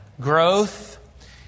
growth